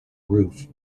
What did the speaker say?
roof